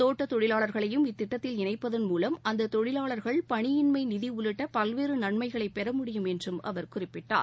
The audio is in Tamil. தோட்டத் தொழிலாளர்களையும் இத்திட்டத்தில் இணைப்பதள் மூலம் அந்த தொழிலாளர்கள் பணியின்மை நிதி உள்ளிட்ட பல்வேறு நன்மைகளை பெற முடியும் என்றும் அவர் குறிப்பிட்டார்